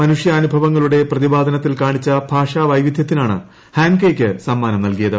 മനുഷ്യാനുഭവങ്ങളുടെ പ്രതിപാദനത്തിൽ കാണിച്ച ഭാഷാ വൈവിധ്യത്തിനാണ് ഹാൻകേയ്ക്ക് സമ്മാനം നൽകിയത്